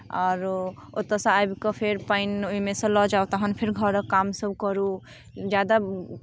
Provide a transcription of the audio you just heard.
आरो ओतयसँ आबि कऽ फेर पानि ओहिमे सँ लऽ जाउ तखन फेर घरक कामसभ करू ज्यादा